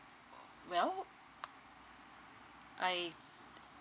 well I